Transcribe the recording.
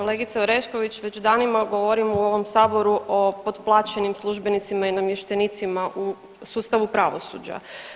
Kolegice Orešković, već danima govorimo u ovom Saboru o potplaćenim službenicima i namještenicima u sustavu pravosuđa.